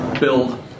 Build